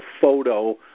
photo